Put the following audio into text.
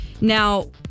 Now